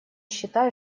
считаю